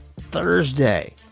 thursday